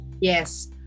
Yes